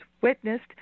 witnessed